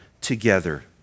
together